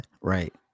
right